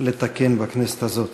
לתקן בכנסת הזאת.